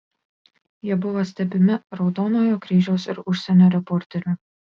jie buvo stebimi raudonojo kryžiaus ir užsienio reporterių